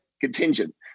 contingent